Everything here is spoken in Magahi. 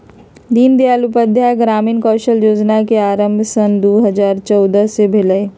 दीनदयाल उपाध्याय ग्रामीण कौशल जोजना के आरम्भ सन दू हज़ार चउदअ से भेलइ